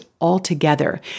altogether